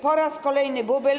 Po raz kolejny bubel?